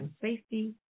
safety